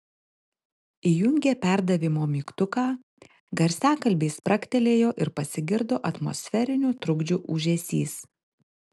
įjungė perdavimo mygtuką garsiakalbiai spragtelėjo ir pasigirdo atmosferinių trukdžių ūžesys